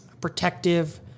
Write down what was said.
protective